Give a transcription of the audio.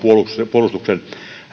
puolustuksen